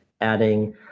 adding